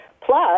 Plus